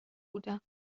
بودهام